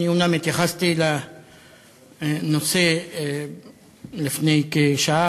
אני אומנם התייחסתי לנושא לפני כשעה.